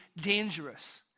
dangerous